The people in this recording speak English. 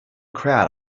crowd